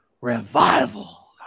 Revival